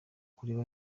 kureba